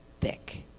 thick